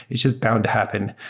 which is bound to happen.